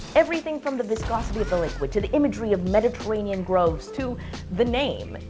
everything from the viscosity of the liquid to the imagery of mediterranean groves to the name,